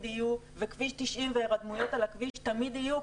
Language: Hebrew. יהיו וכביש 90 והירדמויות על הכביש תמיד יהיו,